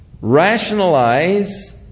rationalize